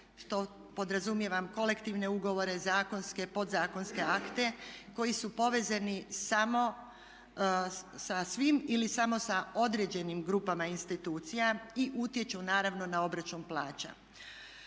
to podrazumijevam kolektivne ugovore, zakonske, podzakonske akte koji su povezani sa svim ili samo sa određenim grupama institucija i utječu naravno na obračun plaća.